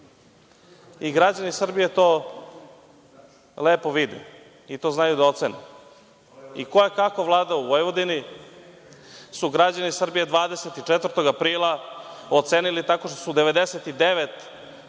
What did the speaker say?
i građani Srbije to lepo vide, i to znaju da ocene, i to ko je kako vladao u Vojvodini su građani Srbije 24. aprila ocenili tako što je 99%